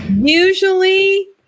Usually